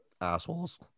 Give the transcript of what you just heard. assholes